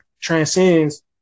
transcends